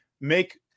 make